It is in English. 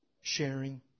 sharing